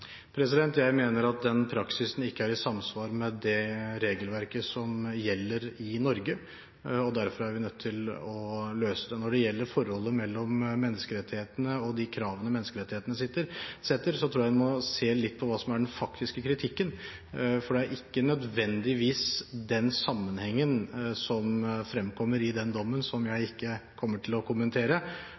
Jeg mener at den praksisen ikke er i samsvar med det regelverket som gjelder i Norge, og derfor er vi nødt til å løse det. Når det gjelder forholdet mellom menneskerettighetene og de kravene menneskerettighetene setter, tror jeg en må se litt på hva som er den faktiske kritikken, for det er ikke nødvendigvis den sammenhengen som fremkommer i den dommen – som jeg ikke kommer til å kommentere